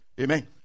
Amen